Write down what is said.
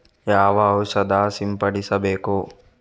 ಯಾವ ಔಷಧ ಸಿಂಪಡಿಸಬೇಕು?